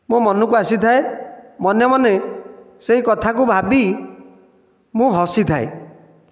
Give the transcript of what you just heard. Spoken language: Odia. ମୋ' ମନକୁ ଆସିଥାଏ ମନେମନେ ସେହି କଥାକୁ ଭାବି ମୁଁ ହସିଥାଏ